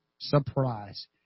surprise